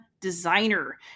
Designer